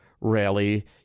rally